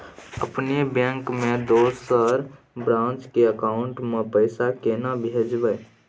अपने बैंक के दोसर ब्रांच के अकाउंट म पैसा केना भेजबै?